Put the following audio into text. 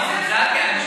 אני זלזלתי?